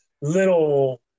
little